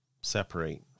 separate